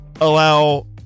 allow